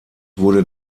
wurde